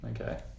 Okay